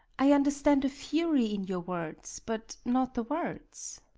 i understand fury in your words, but not the words.